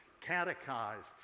catechized